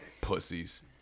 pussies